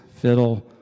fiddle